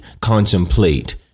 contemplate